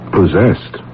Possessed